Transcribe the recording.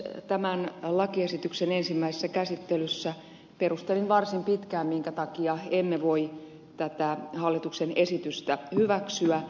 tämän lakiesityksen ensimmäisessä käsittelyssä perustelin varsin pitkään minkä takia emme voi tätä hallituksen esitystä hyväksyä